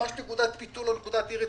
ממש נקודת פיתול או נקודת אי רציפות.